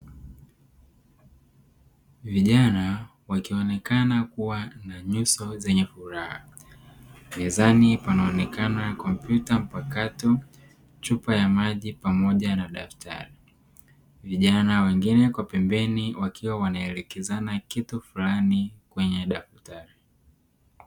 Vijana wakionekana kuwa na nyuso zenye furaha. Mezani panaonekana kompyuta mpakato, chupa ya maji pamoja na daftari vijana wengine kwa pembeni wakiwa wanaelekezana kitu fulani kwenye daftari.